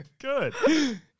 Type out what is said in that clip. Good